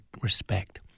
respect